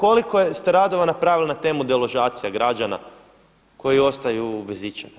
Koliko ste redova napravili na temu deložacija građana koji ostaju bez ičega?